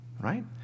Right